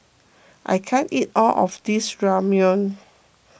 I can't eat all of this Ramyeon